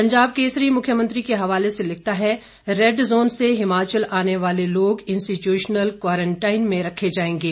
पंजाब केसरी मुख्यमंत्री के हवाले से लिखता है रैड जोन से हिमाचल आने वाले लोग इंस्टीच्यूशनल क्वारंटाइन में रखे जाएंगे